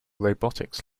robotics